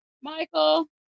Michael